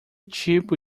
tipo